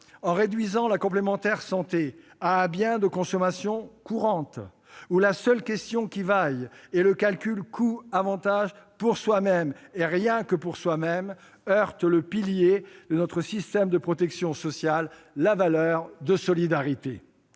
en réduisant la complémentaire santé à un bien de consommation courante, pour lequel la seule question qui vaille est le calcul des coûts et des avantages pour soi-même, et rien que pour soi-même, le présent texte heurte le pilier de notre système de protection sociale : la valeur de solidarité.